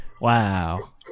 Wow